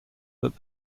that